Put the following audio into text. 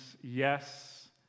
yes